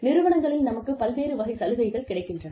நிறுவனங்களில் நமக்கு பல்வேறு வகை சலுகைகள் கிடைக்கின்றன